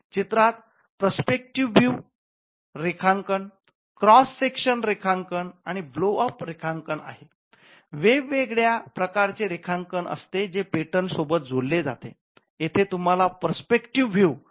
चित्रात perspective view रेखांकन दिसत आहे